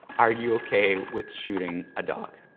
are you okay with shooting a dog?